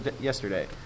yesterday